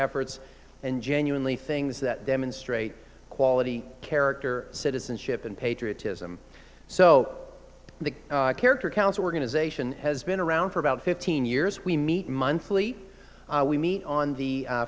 efforts and genuinely things that demonstrate quality character citizenship and patriotism so the character counts organization has been around for about fifteen years we meet monthly we meet on the